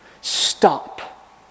stop